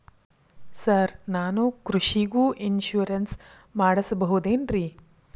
Sir ನಾನು ಕೃಷಿಗೂ insurance ಮಾಡಸಬಹುದೇನ್ರಿ?